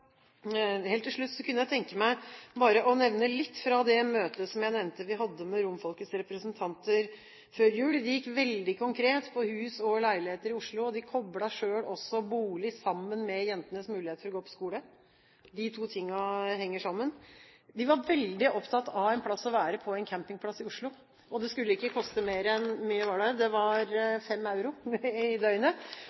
Helt til slutt kunne jeg tenke meg å nevne litt fra det møtet som vi hadde med romfolkets representanter før jul. Det gikk veldig konkret på hus og leiligheter i Oslo. De koblet selv bolig sammen med jentenes mulighet til å gå på skole; de to tingene henger sammen. De var veldig opptatt av en plass å være på en campingplass i Oslo, og det skulle ikke koste mer enn 5 euro i døgnet. Det